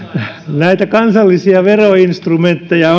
näitä kansallisia veroinstrumentteja